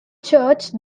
church